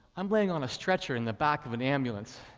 i'm laying on a stretcher in the back of an ambulance.